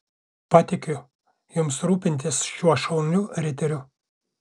patikiu jums rūpintis šiuo šauniu riteriu